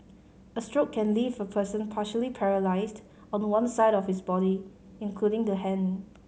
a stroke can leave a person partially paralysed on one side of his body including the hand